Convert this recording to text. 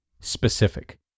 Specific